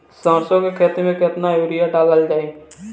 सरसों के खेती में केतना यूरिया डालल जाई?